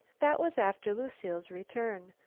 that was after lucile's return.